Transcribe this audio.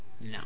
No